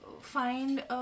find